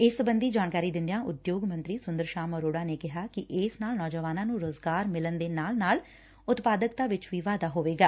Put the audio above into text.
ਇਸ ਸਬੰਧੀ ਜਾਣਕਾਰੀ ਦਿੰਦਿਆਂ ਉਦਯੋਗ ਮੰਤਰੀ ਸੁੰਦਰ ਸ਼ਾਮ ਅਰੋੜਾ ਨੇ ਕਿਹਾ ਕਿ ਇਸ ਨਾਲ ਨੌਜਵਾਨਾਂ ਨੁੰ ਰੁਜ਼ਗਾਰ ਮਿਲਣ ਦੇ ਨਾਲ ਨਾਲ ਉਤਪਾਦਕਤਾ ਵਿਚ ਵੀ ਵਾਧਾ ਹੋਵੇਗਾ